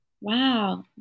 Wow